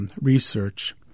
research